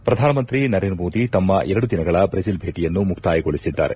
head ಪ್ರಧಾನಮಂತ್ರಿ ನರೇಂದ್ರ ಮೋದಿ ತಮ್ಮ ಎರಡು ದಿನಗಳ ಬ್ರೆಜಿಲ್ ಭೇಟಿಯನ್ನು ಮುಕ್ತಾಯಗೊಳಿಸಿದ್ದಾರೆ